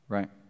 Right